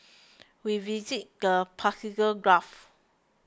we visited the Persian Gulf